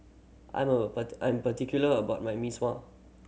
I'm a I'm particular about my Mee Sua